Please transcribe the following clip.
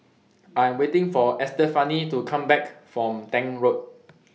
I Am waiting For Estefani to Come Back from Tank Road